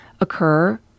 occur